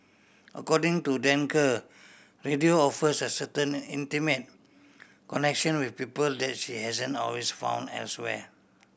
according to Danker radio offers a certain intimate connection with people that she hasn't always found elsewhere